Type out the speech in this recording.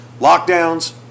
lockdowns